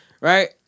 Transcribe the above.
Right